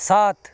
সাত